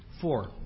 Four